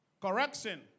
Correction